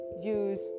use